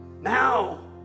Now